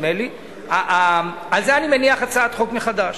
על זה אני מניח הצעת חוק מחדש.